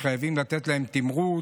שחייבים לתת להם תמרוץ.